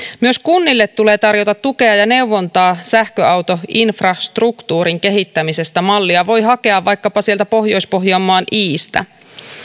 myös kunnille tulee tarjota tukea ja neuvontaa sähköautoinfrastruktuurin kehittämisestä mallia voi hakea vaikkapa pohjois pohjanmaan iistä